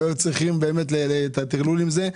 והיו צריכים באמת להתמודד עם הטרלול הזה.